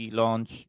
launch